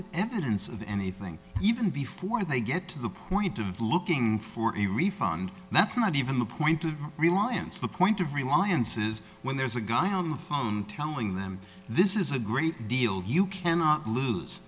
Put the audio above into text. it evidence of anything even before they get to the point of looking for a refund that's not even the point of reliance the point of reliance's when there's a guy on the phone telling them this is a great deal you cannot lose